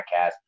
podcast